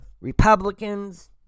Republicans